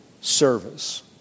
service